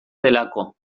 delako